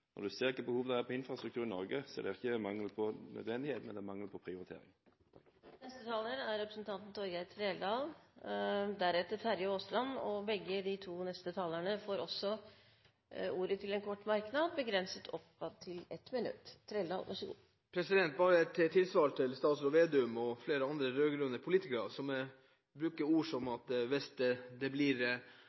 Når en ser hvilke behov det er for infrastruktur i Norge, er det ikke mangel på nødvendighet, men det er mangel på prioritering. Torgeir Trældal har hatt ordet to ganger og får ordet til en kort merknad, begrenset til 1 minutt. Bare et tilsvar til statsråd Slagsvold Vedum og flere andre rød-grønne politikere som sier at hvis det blir regjeringsskifte, vil dette være dramatisk, det må ropes varsko, det blir